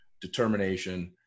determination